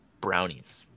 brownies